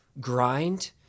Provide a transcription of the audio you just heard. grind